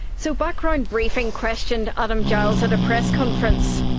so background briefing questioned adam giles at a press conference